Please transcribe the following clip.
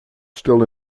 still